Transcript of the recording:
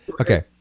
Okay